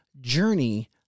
journey